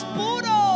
puro